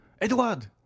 Edward